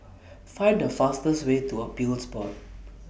Find The fastest Way to Appeals Board